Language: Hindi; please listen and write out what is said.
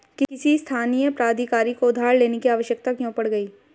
किसी स्थानीय प्राधिकारी को उधार लेने की आवश्यकता क्यों पड़ गई?